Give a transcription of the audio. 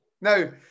Now